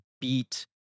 beat